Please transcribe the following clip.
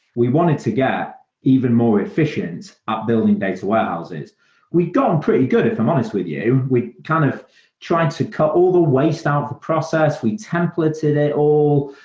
we wanted to get even more efficient ah building data warehouses. we've done pretty good if i'm honest with you. we kind of tried to cut all the waste out of the process. we template it it all.